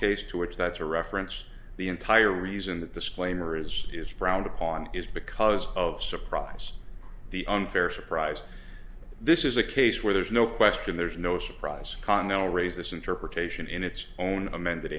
cases to which that's a reference the entire reason that disclaimer is is frowned upon is because of surprise the unfair surprise this is a case where there's no question there's no surprise continental raised this interpretation in its own amend